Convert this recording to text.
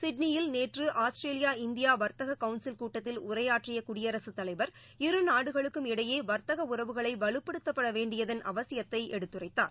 சிட்னியில் நேற்று ஆஸ்திரேலியா இந்தியாவர்த்தககவுன்சில் கூட்டத்தில் உரையாற்றியகுடியரசுத் தலைவர் இரு நாடுகளுக்கு இடையே வர்த்தகஉறவுகளைவலுப்படுத்தவேண்டியன் அவசியத்தைடுத்துரைத்தார்